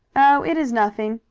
oh, it is nothing,